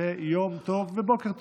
שיהיה יום טוב ובוקר טוב.